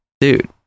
dude